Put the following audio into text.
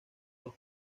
los